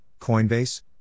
Coinbase